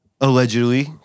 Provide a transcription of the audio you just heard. allegedly